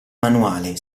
manuale